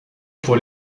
pour